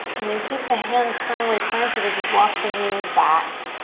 and then keep the hands firmly planted as you walk the knees back.